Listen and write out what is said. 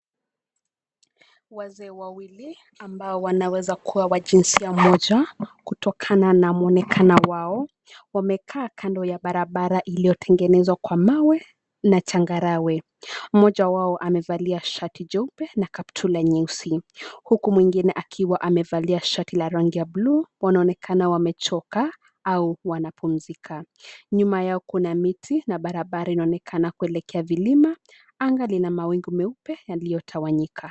Wazee wawili ambao wanaweza kuwa wa jinsia moja kutokana na mwonekano wao, wamekaa kando ya barabara iliyotengenezwa kwa mawe na changarawe. Mmoja wao amevalia shati jeupe na kaptula nyeusi huku mwengine akiwa amevalia shati la rangi ya buluu, wanaonekana wamechoka au wanapumzika. Nyuma yao kuna miti na barabara inaonekana kuelekea vilima. Anga lina mawingu meupe yaliyotawanyika.